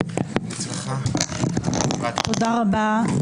תודה רבה.